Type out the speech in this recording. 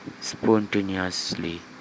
spontaneously